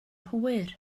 hwyr